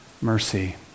mercy